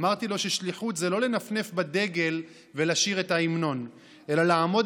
אמרתי לו: שליחות זה לא לנפנף בדגל ולשיר את ההמנון אלא לעמוד